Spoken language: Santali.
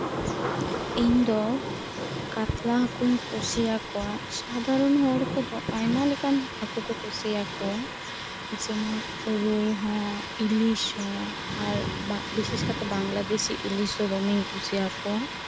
ᱤᱧ ᱫᱚ ᱠᱟᱛᱞᱟ ᱦᱟᱹᱠᱩᱧ ᱠᱩᱥᱤᱭᱟᱠᱩᱣᱟ ᱥᱟᱫᱟᱨᱚᱱ ᱦᱚᱲᱠᱚᱫᱚ ᱟᱭᱢᱟᱞᱮᱠᱟᱱ ᱦᱟᱹᱠᱩ ᱠᱩ ᱠᱩᱥᱤᱭᱟᱠᱩᱣᱟ ᱡᱮᱢᱚᱱ ᱨᱩᱭᱦᱚᱸ ᱤᱞᱤᱥ ᱦᱚᱸ ᱟᱨ ᱵᱤᱥᱮᱥ ᱠᱟᱛᱮ ᱵᱟᱝᱞᱟᱫᱮᱥᱤ ᱤᱞᱤᱥ ᱫᱚ ᱫᱚᱢᱮᱧ ᱠᱩᱥᱤᱭᱟᱠᱩᱣᱟ